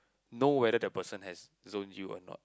know whether the person has zone you or not